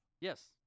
Yes